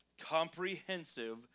comprehensive